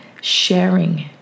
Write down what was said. sharing